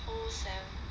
the whole sem